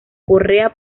correa